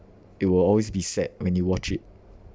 it will always be sad when you watch it